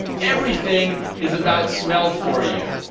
everything is about smell for you.